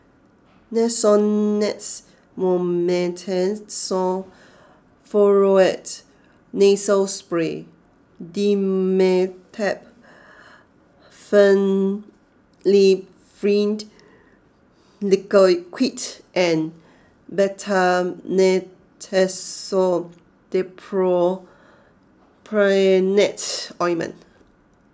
Nasonex Mometasone Furoate Nasal Spray Dimetapp Phenylephrine Liquid and Betamethasone Dipropionate Ointment